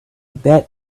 bet